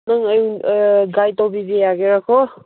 ꯅꯪ ꯑꯩ ꯒꯥꯏꯗ ꯇꯧꯕꯤꯕ ꯌꯥꯒꯦꯔꯥꯀꯣ